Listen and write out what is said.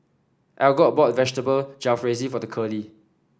Algot bought Vegetable Jalfrezi for Curley